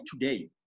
today